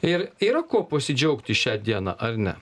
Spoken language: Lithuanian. ir yra kuo pasidžiaugti šią dieną ar ne